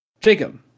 Jacob